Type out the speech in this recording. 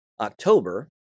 October